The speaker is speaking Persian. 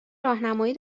راهنمایی